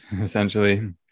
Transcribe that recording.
essentially